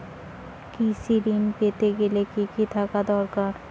কৃষিঋণ পেতে গেলে কি কি থাকা দরকার?